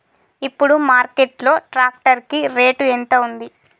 ఇప్పుడు మార్కెట్ లో ట్రాక్టర్ కి రేటు ఎంత ఉంది?